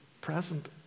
present